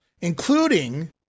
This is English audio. including